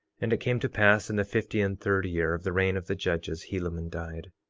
and it came to pass in the fifty and third year of the reign of the judges, helaman died,